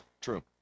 True